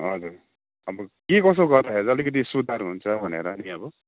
हजुर हजुर के कसो गर्दाखेरि अलिकति सुधार हुन्छ भनेर नि अब